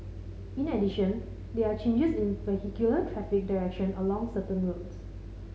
in addition there are changes in vehicular traffic direction along certain roads